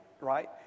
right